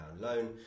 loan